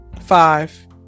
Five